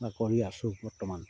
বা কৰি আছোঁ বৰ্তমান